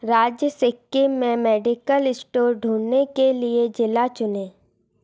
राज्य सिक्किम में medical store ढूँढने के लिए जिला चुनें